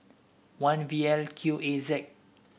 one V L Q A Z